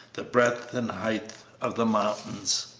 the breadth and height of the mountains.